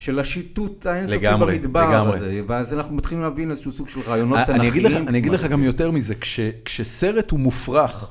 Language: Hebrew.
של השיטוט האינסופי במדבר הזה, ואז אנחנו מתחילים להבין איזשהו סוג של רעיונות תנכיים. אני אגיד לך גם יותר מזה, כשסרט הוא מופרך...